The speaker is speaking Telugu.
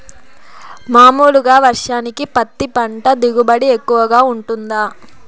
మామూలుగా వర్షానికి పత్తి పంట దిగుబడి ఎక్కువగా గా వుంటుందా?